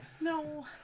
No